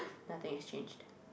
nothing has changed